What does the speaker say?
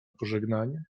pożegnanie